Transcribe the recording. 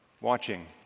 watching